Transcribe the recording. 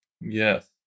Yes